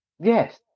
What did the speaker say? Yes